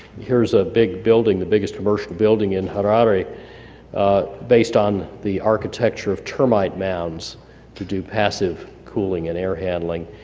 here's a big building the biggest commercial building in harare based on the architecture of termite mounds to do passive cooling and air handling.